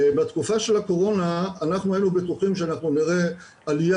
בתקופה של הקורונה היינו בטוחים שנראה עליה